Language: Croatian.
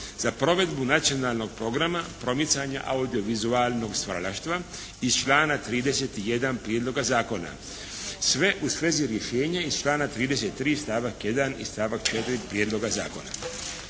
za provedbu nacionalnog programa promicanja audiovizualnog stvaralaštva iz člana 31. prijedloga zakona. Sve u svezi rješenja iz člana 33. stavak 1. i stavak 4. prijedloga zakona.